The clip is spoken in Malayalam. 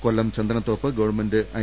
Kollam Chandanathoppu government I